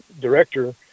director